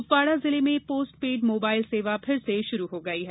कुपवाड़ा जिले में post paid mobile सेवा फिर से शुरू हो गई है